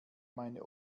meine